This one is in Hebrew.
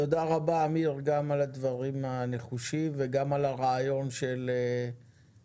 תודה רבה על הדברים הנחושים וגם על הרעיון של הזדמנות